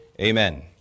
amen